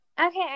Okay